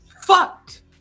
fucked